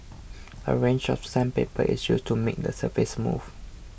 a range of sandpaper is used to make the surface smooth